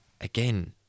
again